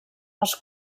les